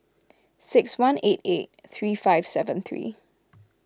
six one eight eight three five seven three